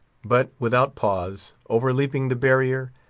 but, without pause, overleaping the barrier,